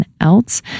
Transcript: else